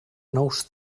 nous